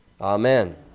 Amen